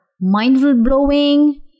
mind-blowing